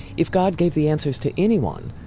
if god gave the answers to anyone,